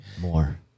More